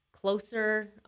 closer